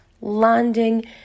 landing